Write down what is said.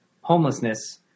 homelessness